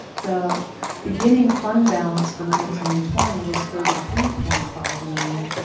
the beginning fund balance for nineteen twenty was thirty three point five million